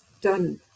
done